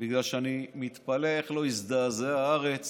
בגלל שאני מתפלא איך לא הזדעזעה הארץ